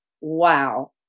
wow